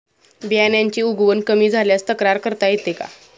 बियाण्यांची उगवण कमी झाल्यास तक्रार करता येते का?